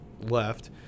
left